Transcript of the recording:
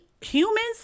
humans